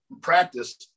practice